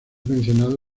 mencionado